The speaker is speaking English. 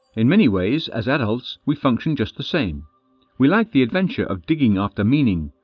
in many ways as adults we function just the same we like the adventure of digging after meaning,